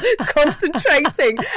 concentrating